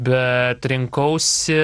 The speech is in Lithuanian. bet rinkausi